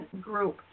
group